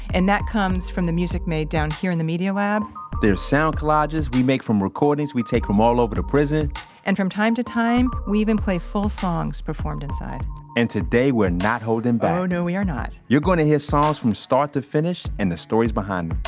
and that comes from the music made down here in the media lab there's sound collages we make from recordings we take from all over the prison and from time to time, we even play full songs performed inside and today, we're not holding back oh no, we are not you're gonna hear songs from start to finish, and the stories behind